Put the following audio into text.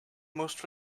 most